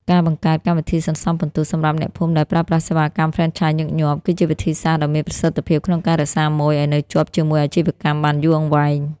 ការបង្កើត "កម្មវិធីសន្សំពិន្ទុ" សម្រាប់អ្នកភូមិដែលប្រើប្រាស់សេវាកម្មហ្វ្រេនឆាយញឹកញាប់ គឺជាវិធីសាស្ត្រដ៏មានប្រសិទ្ធភាពក្នុងការរក្សាម៉ូយឱ្យនៅជាប់ជាមួយអាជីវកម្មបានយូរអង្វែង។